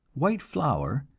white flour,